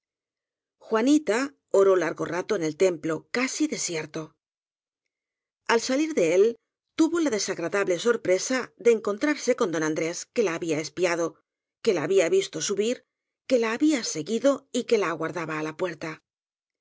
juanita oró largo rato en el templo casi desierto al salir de él tuvo la desagradable sorpresa de en contrarse con don andrés que la había espiado que la había visto subir que la había seguido y que la aguardaba á la puerta